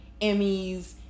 Emmys